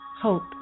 Hope